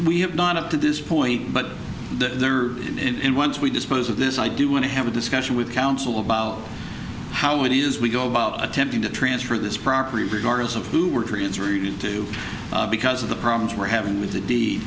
we have not up to this point but they're in once we dispose of this i do want to have a discussion with counsel about how it is we go about attempting to transfer this property regardless of who we're koreans or used to because of the problems we're having with the